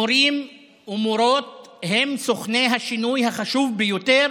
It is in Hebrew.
מורים ומורות הם סוכני השינוי החשוב ביותר